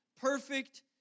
perfect